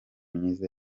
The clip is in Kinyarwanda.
myiza